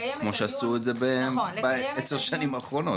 -- כמו שעשו בעשר השנים האחרונות.